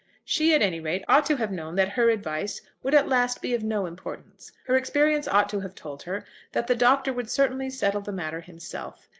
she, at any rate, ought to have known that her advice would at last be of no importance. her experience ought to have told her that the doctor would certainly settle the matter himself.